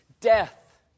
death